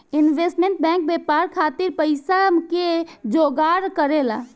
investment bank व्यापार खातिर पइसा के जोगार करेला